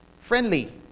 friendly